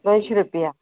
दोनशी रुपया